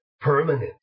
Permanent